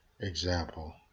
example